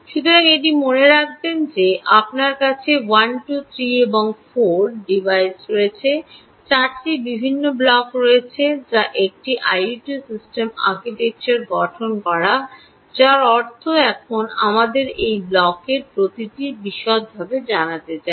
সুতরাং এটি মনে রাখবেন যে আপনার কাছে 1 2 3 এবং এই 4 টি ডিভাইস রয়েছে 4 টি বিভিন্ন ব্লক রয়েছে যা একটি আইওটি সিস্টেমের আর্কিটেকচার গঠন করে যার অর্থ এখন আমাদের এই ব্লকের প্রতিটিটির বিশদটি জানতে হবে